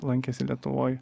lankėsi lietuvoj